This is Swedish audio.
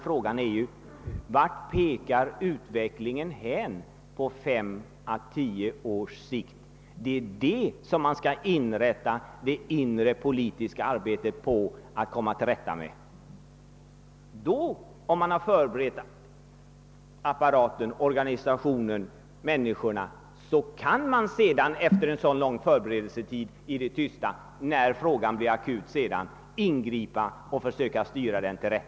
Frågan gäller vart utvecklingen pekar hän på fem eller tio års sikt, och vi måste inrätta arbetet därefter. Om man har förberett apparaten, organisationen och människorna, kan man efter en sådan lång förberedelse i det tysta gripa in och försöka styra utvecklingen till rätta när frågan blir akut.